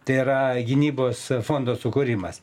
tai yra gynybos fondo sukūrimas